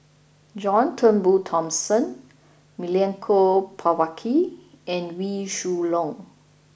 John Turnbull Thomson Milenko Prvacki and Wee Shoo Leong